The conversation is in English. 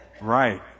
right